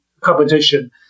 competition